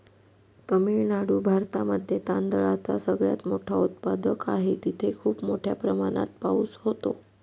तामिळनाडू भारतामध्ये तांदळाचा सगळ्यात मोठा उत्पादक आहे, तिथे खूप मोठ्या प्रमाणात पाऊस होतो